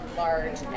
large